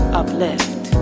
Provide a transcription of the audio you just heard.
uplift